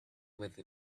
with